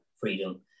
freedom